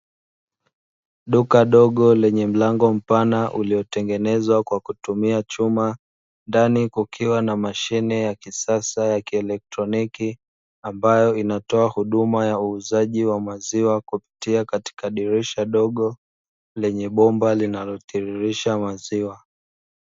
Duka dogo lenye mlango mpana, uliotengenezwa kwa kutumia chuma, ndani kukiwa na mashine ya kisasa ya kielektroniki ambayo inatoa huduma ya uuzaji wa maziwa kupitia katika dirisha dogo lenye bomba linalotiririsha maziwa.